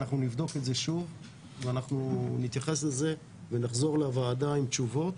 אנחנו נבדוק את זה שוב ונתייחס לזה ונחזור לוועדה עם תשובות.